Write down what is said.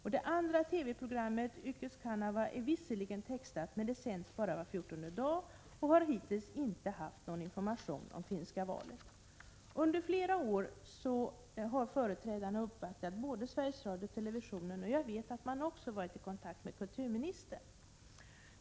TV-programmet Ykköskanava är visserligen textat, men det sänds bara var fjortonde dag och har hittills inte haft någon information om finska valet. 7 Under flera år har företrädarna uppvaktat både Sveriges Radio och televisionen, och jag vet att man också har varit i kontakt med kulturministern.